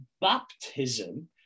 baptism